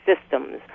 systems